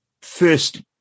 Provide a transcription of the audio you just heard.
first